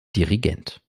dirigent